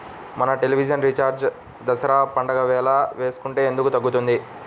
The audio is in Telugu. మన టెలివిజన్ రీఛార్జి దసరా పండగ వేళ వేసుకుంటే ఎందుకు తగ్గుతుంది?